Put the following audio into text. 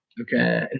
Okay